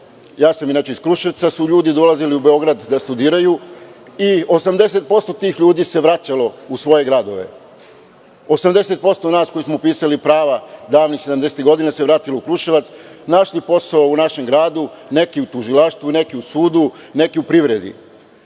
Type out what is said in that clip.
ja sam inače iz Kruševca, ljudi su dolazili u Beograd da studiraju i 80% tih ljudi se vraćalo u svoje gradove. Osamdeset posto nas koji smo upisali prava davnih 70-ih godina se vratilo u Kruševac, našli posao u gradu, neki u tužilaštvu, neki u sudu, neki u privredi. Na